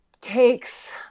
takes